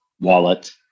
wallet